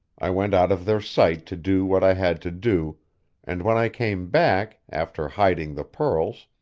i went out of their sight to do what i had to do and when i came back, after hiding the pearls,